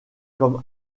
comme